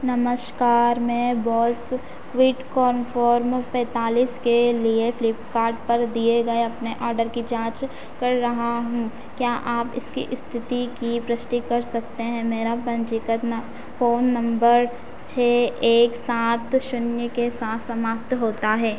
नमस्कार मैं Bose QuietComfort पैंतालीस के लिए फ्लीपकार्ट पर दिए गए अपने ऑर्डर की जाँच कर रहा हूँ क्या आप इसकी स्थिति की पुष्टि कर सकते हैं मेरा पंजीकरण फ़ोन नंबर छह एक सात शून्य के साथ समाप्त होता है